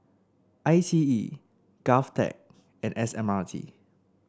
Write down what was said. I T E Govtech and S M R T